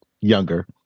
younger